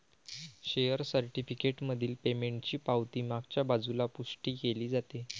share certificate मधील पेमेंटची पावती मागच्या बाजूला पुष्टी केली जाते